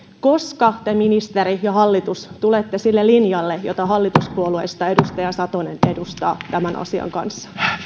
koska te ministeri ja hallitus tulette sille linjalle jota hallituspuolueista edustaja satonen edustaa tämän asian kanssa